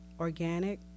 organic